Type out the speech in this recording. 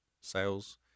sales